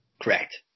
Correct